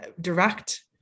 direct